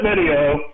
video